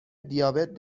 دیابت